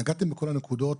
נגעתם בכל הנקודות,